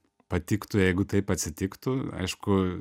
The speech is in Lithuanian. patiktų jeigu taip atsitiktų aišku